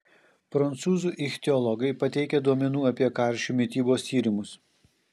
prancūzų ichtiologai pateikė duomenų apie karšių mitybos tyrimus